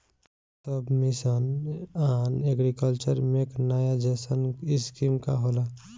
सब mission on agriculture mechanization scheme का होला?